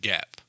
Gap